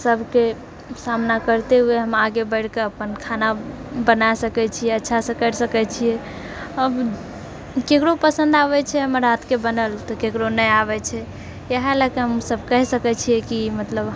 सभके सामना करते हुए हम आगे बढ़िकऽ अपन खाना बनै सकैत छियै अच्छासँ करि सकैत छियै आब केकरो पसन्द आबय छै हमर हाथके बनल तऽ केकरो नहि आबैत छै इएह लैकऽ हमसभ कहि सकैत छियै कि मतलब